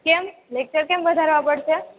કેમ લેક્ચર કેમ વધારવા પડશે